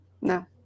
No